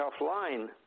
offline